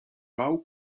bał